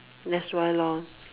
that's why loh